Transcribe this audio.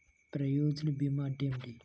ప్రయోజన భీమా అంటే ఏమిటి?